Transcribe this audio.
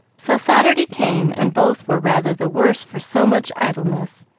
so saturday came, and both were rather the worse for so much idleness,